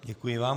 Děkuji vám.